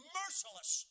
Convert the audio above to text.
merciless